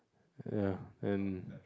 ya and